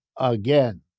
again